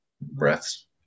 breaths